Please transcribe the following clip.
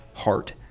heart